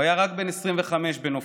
הוא היה רק בן 25 בנופלו.